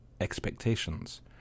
expectations